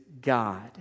God